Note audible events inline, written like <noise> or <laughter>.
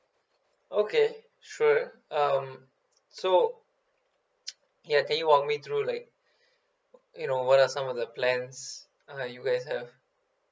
okay sure um so <noise> ya can you walk me through like you know what are some of the plans uh you guys have